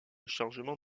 chargement